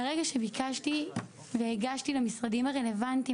מהרגע שביקשתי והגשתי למשרדים הרלוונטיים